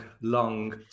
long